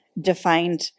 defined